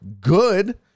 good